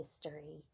history